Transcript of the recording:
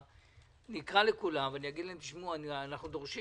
אקרא לכולם, אני אגיד להם, אנחנו דורשים